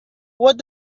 what